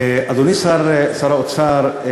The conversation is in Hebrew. אדוני שר האוצר,